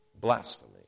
blasphemy